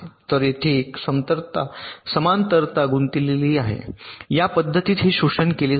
तर येथे एक समांतरता गुंतलेली आहे या पद्धतीत हे शोषण केले जाते